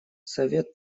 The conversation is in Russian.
совет